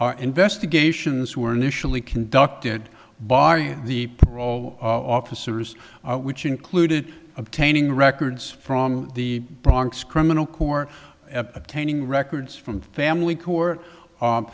our investigations were initially conducted by the parole officers which included obtaining records from the bronx criminal court attaining records from family co